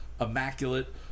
immaculate